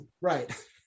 right